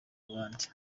abandi